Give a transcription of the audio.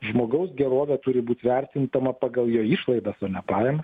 žmogaus gerovė turi būt vertintina pagal jo išlaidas o ne pajamas